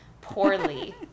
poorly